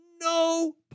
no